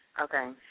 Okay